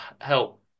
help